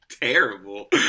terrible